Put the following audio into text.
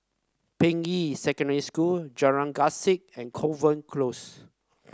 Ping Yi Secondary School Jalan Grisek and Kovan Close